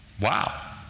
wow